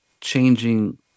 changing